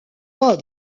pas